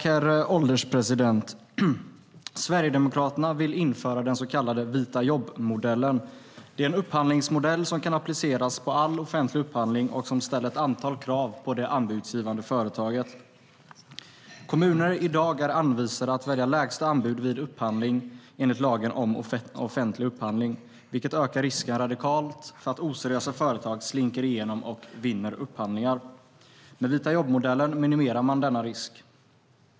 Herr ålderspresident! Sverigedemokraterna vill införa den så kallade vita-jobb-modellen. Det är en upphandlingsmodell som kan appliceras på all offentlig upphandling och som ställer ett antal krav på det anbudsgivande företaget. Kommuner är i dag anvisade att välja lägsta anbud vid upphandling enligt lagen om offentlig upphandling, vilket radikalt ökar risken för att oseriösa företag slinker igenom och vinner upphandlingar. Med vita-jobb-modellen minimerar man denna risk.